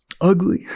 Ugly